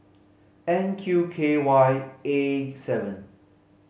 N Q K Y A seven